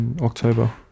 October